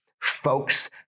folks